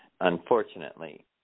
unfortunately